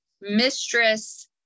mistress